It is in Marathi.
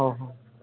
हो हो